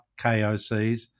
KOCs